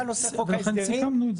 נושא חוק ההסדרים -- לכן סיכמנו את זה.